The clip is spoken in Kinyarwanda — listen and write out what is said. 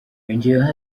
yongeyeho